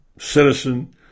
citizen